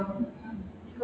mmhmm